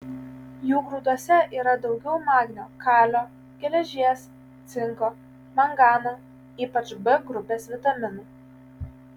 jų grūduose yra daugiau magnio kalio geležies cinko mangano ypač b grupės vitaminų